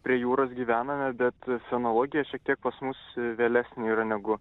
prie jūros gyvename bet senologija šiek tiek pas mus vėlesnė yra negu